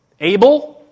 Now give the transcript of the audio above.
Abel